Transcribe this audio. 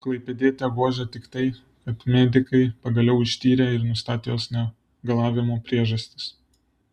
klaipėdietę guodžia tik tai kad medikai pagaliau ištyrė ir nustatė jos negalavimų priežastis